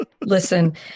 Listen